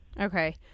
Okay